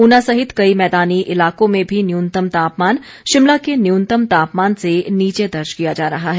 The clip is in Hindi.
ऊना सहित कई मैदानी इलाकों में भी न्यूनतम तापमान शिमला के न्यूनतम तापमान से नीचे दर्ज किया जा रहा है